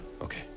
okay